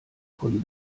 von